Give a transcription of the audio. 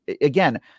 Again